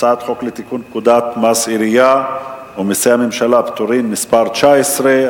הצעת חוק לתיקון פקודת מסי העירייה ומסי הממשלה (פטורין) (מס' 19),